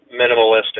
minimalistic